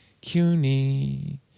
CUNY